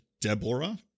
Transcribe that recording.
Deborah